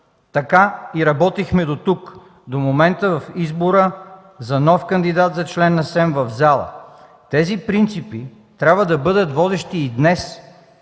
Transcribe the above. Така работихме и дотук, до момента на избора за нов кандидат за член на СЕМ в залата. Тези принципи трябва да бъдат водещи и днес,